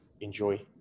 enjoy